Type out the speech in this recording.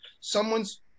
someone's